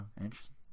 Interesting